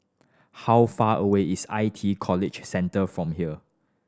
how far away is I T College Central from here